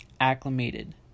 acclimated